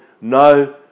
no